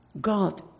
God